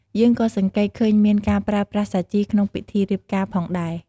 យើងក៏សង្កេតឃើញមានការប្រើប្រាស់សាជីក្នុងពិធីរៀបការផងដែរ។